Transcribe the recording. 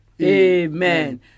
Amen